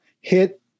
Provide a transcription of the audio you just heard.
hit